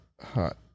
hot